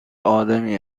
آدمی